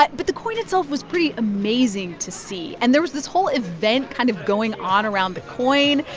but but the coin itself was pretty amazing to see, and there was this whole event kind of going on around the coin.